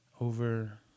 over